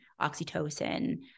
oxytocin